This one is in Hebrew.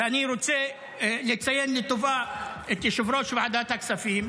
ואני רוצה לציין לטובה את יושב-ראש ועדת הכספים,